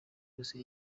yose